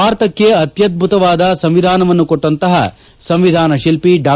ಭಾರತಕ್ಕೆ ಅತ್ನದ್ಲುತವಾದ ಸಂವಿಧಾನವನ್ನು ಕೊಟ್ಲಂತಹ ಸಂವಿಧಾನ ಶಿಲ್ಪಿ ಡಾ